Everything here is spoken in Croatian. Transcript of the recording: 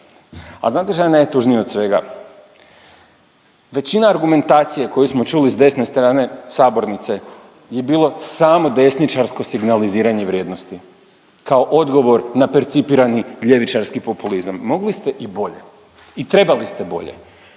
A znate šta je najtužnije od svega? Većina argumentacije koju smo čuli s desne strane sabornice je bilo samo desničarsko signaliziranje vrijednosti kao odgovor na percipirani ljevičarski populizam. Mogli ste i bolje i trebali ste bolje.